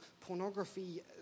pornography